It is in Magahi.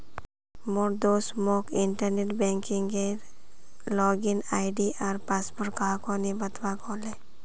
मोर दोस्त मोक इंटरनेट बैंकिंगेर लॉगिन आई.डी आर पासवर्ड काह को नि बतव्वा कह ले